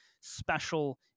special